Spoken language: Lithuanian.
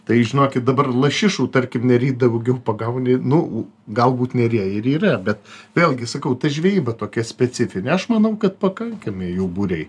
tai žinokit dabar lašišų tarkim nery daugiau pagauni nu galbūt neryje ir yra bet vėlgi sakau ta žvejyba tokia specifinė aš manau kad pakankami jų būriai